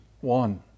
one